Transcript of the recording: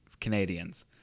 Canadians